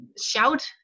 shout